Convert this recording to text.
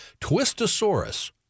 Twistosaurus